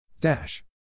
Dash